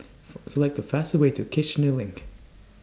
For Select The fastest Way to Kiichener LINK